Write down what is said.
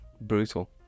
brutal